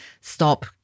stop